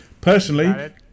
Personally